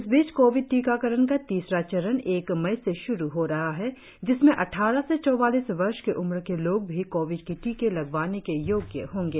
इस बीच कोविड टीकाकरण का तीसरा चरण एक मई से श्रु हो रहा है जिसमें अद्वारह से चौवालीस वर्ष के उम्र के लोग भी कोविड के टीके लगवाने के योग्य होंगे